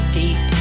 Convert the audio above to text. deep